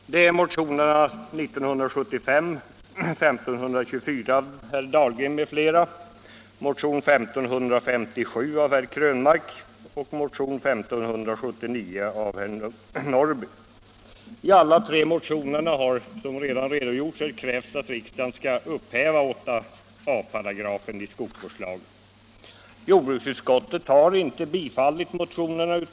Det är motionerna 1524 av herr Dahlgren m.fl., 1557 av herr Krönmark m.fl. och 1579 av herr Norrby m.fl. I alla tre motionerna har, som vi redan hört, krävts att riksdagen skall upphäva 8a§ skogsvårdslagen. Jordbruksutskottet har inte tillstyrkt motionerna.